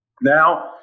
Now